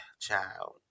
child